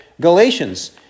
Galatians